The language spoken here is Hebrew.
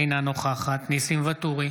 אינה נוכחת ניסים ואטורי,